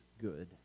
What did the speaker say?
good